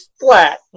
flat